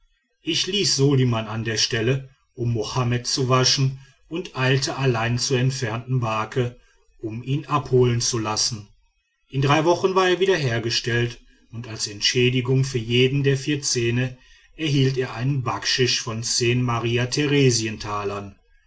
ich ließ soliman an der stelle um mohammed zu waschen und eilte allein zur entfernten barke um ihn abholen zu lassen in drei wochen war er wieder hergestellt und als entschädigung für jeden der vier zähne erhielt er ein backschisch von zehn